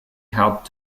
hard